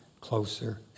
closer